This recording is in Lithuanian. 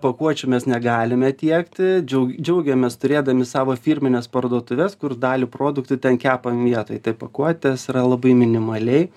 pakuočių mes negalime tiekti džiau džiaugiamės turėdami savo firmines parduotuves kur dalį produktų ten kepam vietoj tai pakuotės yra labai minimaliai